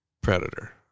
Predator